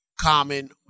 Common